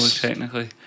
technically